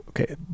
Okay